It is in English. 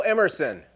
Emerson